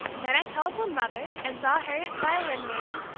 then i telephoned mother, and saw harriet's violin man,